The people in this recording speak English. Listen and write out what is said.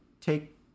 take